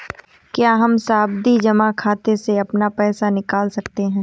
क्या हम सावधि जमा खाते से अपना पैसा निकाल सकते हैं?